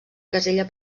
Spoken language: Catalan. casella